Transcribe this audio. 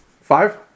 Five